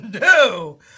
no